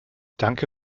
danke